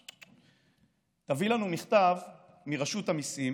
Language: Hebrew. לא, תביאו לנו מכתב מרשות המיסים